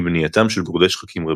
עם בנייתם של גורדי שחקים רבים.